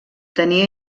tenia